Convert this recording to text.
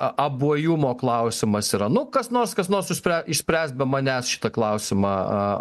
abuojumo klausimas yra nu kas nors kas nors išspre išspręs be manęs šitą klausimą a